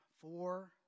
four